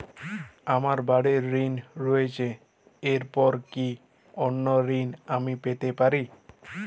আমার বাড়ীর ঋণ রয়েছে এরপর কি অন্য ঋণ আমি পেতে পারি?